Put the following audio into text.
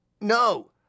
No